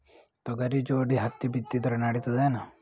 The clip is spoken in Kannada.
ತೊಗರಿ ಜೋಡಿ ಹತ್ತಿ ಬಿತ್ತಿದ್ರ ನಡಿತದೇನು?